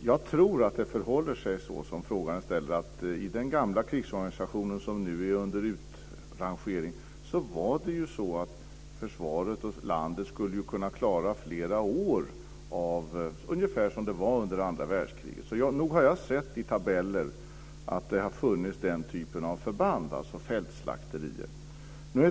Jag tror att det förhåller sig som frågeställaren säger. I den gamla krigsorganisation som nu är under utrangering skulle försvaret och landet kunna klara sig flera år, ungefär som det var under andra världskriget. Nog har jag sett i tabeller att det har funnits den typen av förband, dvs. fältslakterier.